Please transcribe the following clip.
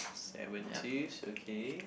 seven twos okay